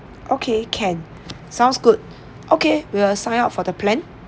okay can sounds good okay we will sign up for the plan